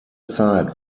zeit